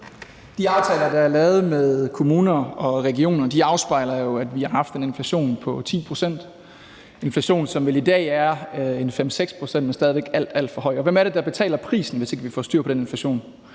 De aftaler, der er lavet med kommuner og regioner afspejler jo, at vi har haft en inflation på 10 pct. Det er en inflation, som vel i dag er 5-6 pct., men stadig væk alt, alt for høj. Og hvem er det, der betaler prisen, hvis ikke vi får styr på den inflation?